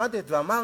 עמדת ואמרת: